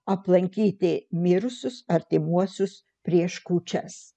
aplankyti mirusius artimuosius prieš kūčias